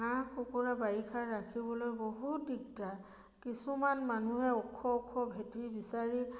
হাঁহ কুকুৰা বাৰিষাত ৰাখিবলৈ বহুত দিগদাৰ কিছুমান মানুহে ওখ ওখ ভেটি বিচাৰি